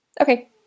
Okay